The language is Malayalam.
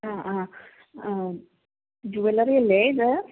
ആ ആ ആ ജുവല്ലറി അല്ലേ ഇത്